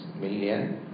million